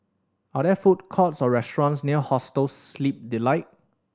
are there food courts or restaurants near Hostel Sleep Delight